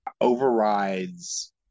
overrides